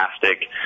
Fantastic